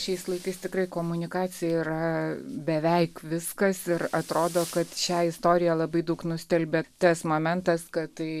šiais laikais tikrai komunikacija yra beveik viskas ir atrodo kad šią istoriją labai daug nustelbė tas momentas kad tai